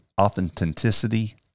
authenticity